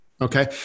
Okay